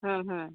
ᱦᱮᱸ ᱦᱮᱸ